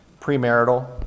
Premarital